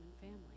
family